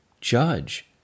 judge